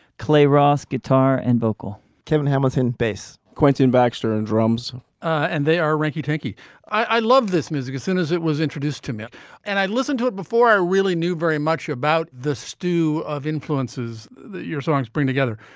clay ross guitar and vocal kevin hamilton bass. quentin baxter and drums and they are reiki tikki i love this music as soon as it was introduced to me and i listened to it before i really knew very much about the stew of influences that your songs bring together.